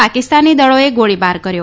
પાકિસ્તાની દળોએ ગોળીબાર કર્યો